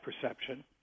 perception